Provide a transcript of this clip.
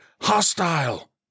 Hostile